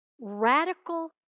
Radical